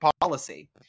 policy